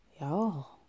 Y'all